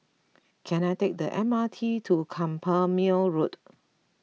can I take the M R T to Carpmael Road